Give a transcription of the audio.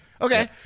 okay